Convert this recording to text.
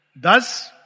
Thus